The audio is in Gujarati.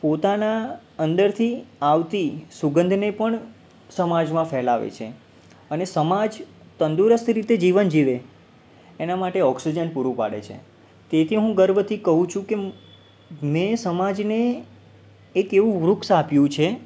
પોતાના અંદરથી આવતી સુગંધને પણ સમાજમાં ફેલાવે છે અને સમાજ તંદુરસ્ત રીતે જીવન જીવે એના માટે ઑક્સિજન પૂરું પાડે છે તેથી હું ગર્વથી કહું છુ કે મેં સમાજને એક એવું વૃક્ષ આપ્યું છે